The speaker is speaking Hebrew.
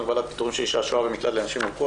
62) (הגבלת פיטורים של אישה השוהה במקלט לנשים מוכות),